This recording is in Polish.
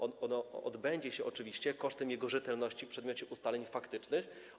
Odbędzie się to oczywiście kosztem jego rzetelności w przedmiocie ustaleń faktycznych.